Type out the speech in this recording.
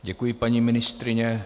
Děkuji, paní ministryně.